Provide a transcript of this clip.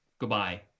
goodbye